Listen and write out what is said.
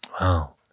Wow